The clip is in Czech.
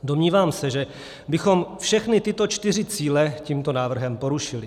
Domnívám se že, bychom všechny tyto čtyři cíle tímto návrhem porušili.